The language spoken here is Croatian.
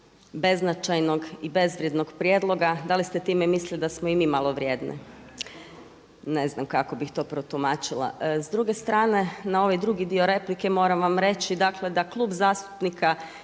beznačajnog i bezvrijednog prijedloga. Da li ste time mislili da smo i mi malo vrijedne? Ne znam kako bih to protumačila. S druge strane, na ovaj drugi dio replike moram vam reći, dakle da klub zastupnika